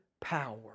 power